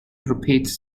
repeats